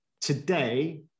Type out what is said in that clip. Today